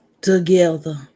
Together